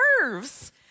nerves